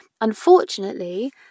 unfortunately